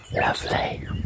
lovely